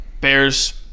Bears